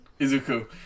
Izuku